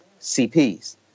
CPs